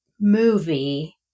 movie